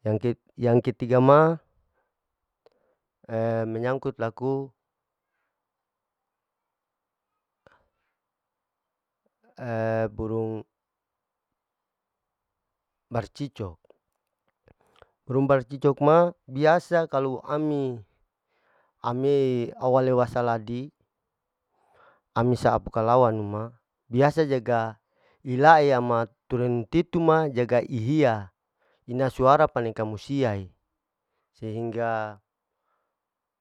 yang keti, yang ketiga ma menyangkut laku burung barcico, burung barcicok ma biasa kalu ami, ami awe wala saladi ami sa apukalawa nu ma, biasa jaga ila'a yama ma, tulan tituma jaga ihia ina suara paling kamusiahe sehingga.